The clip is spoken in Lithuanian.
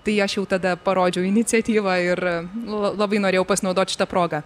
tai aš jau tada parodžiau iniciatyvą ir la labai norėjau pasinaudot šita proga